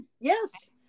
Yes